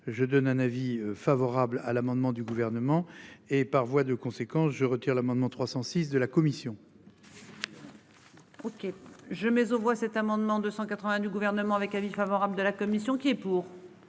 Je donne un avis favorable à l'amendement du gouvernement et par voie de conséquence, je retire l'amendement 306 de la commission. OK. Je mais on voit cet amendement 280 du gouvernement avec avis favorable de la commission qui est pour.